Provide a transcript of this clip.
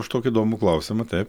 už tokį įdomų klausimą taip